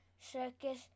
Circus